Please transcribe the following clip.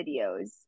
videos